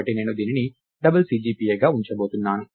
కాబట్టి నేను దీనిని డబుల్ CGPAగా ఉంచబోతున్నాను